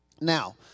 Now